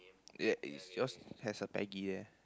ya is yours has a peggy there